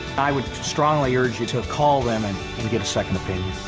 i would strongly urge you to call them and and get a second opinion.